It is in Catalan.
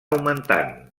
augmentant